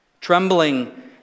Trembling